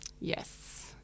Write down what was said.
Yes